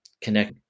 connect